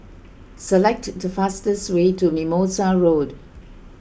select the fastest way to Mimosa Road